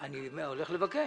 אני הולך לבקש.